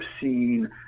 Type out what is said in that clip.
seen